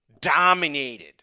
dominated